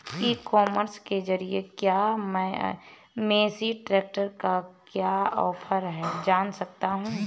ई commerce के ज़रिए क्या मैं मेसी ट्रैक्टर का क्या ऑफर है जान सकता हूँ?